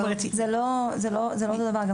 זה לא אותו דבר.